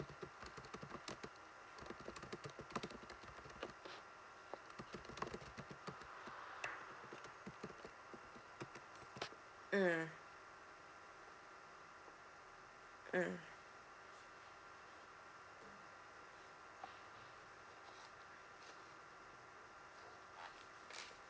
mm mm